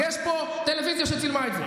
יש פה טלוויזיה שצילמה את זה.